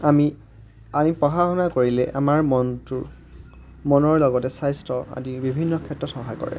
আমি আমি পঢ়া শুনা কৰিলে আমাৰ মনটো মনৰ লগতে স্বাস্থ্য আদি বিভিন্ন ক্ষেত্ৰত সহায় কৰে